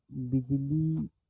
بجلی